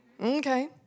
Okay